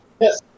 Yes